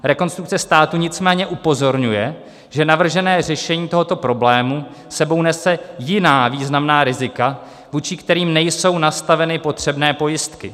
Rekonstrukce státu nicméně upozorňuje, že navržené řešení tohoto problému s sebou nese jiná významná rizika, vůči kterým nejsou nastaveny potřebné pojistky.